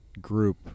group